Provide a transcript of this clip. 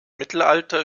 mittelalter